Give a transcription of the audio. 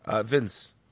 Vince